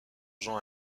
jean